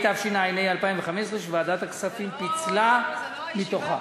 התשע"ה 2015, שוועדת הכספים פיצלה מתוכה.